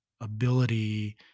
ability